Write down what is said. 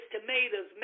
tomatoes